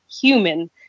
human